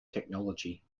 technology